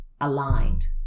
aligned